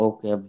Okay